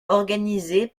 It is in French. organisées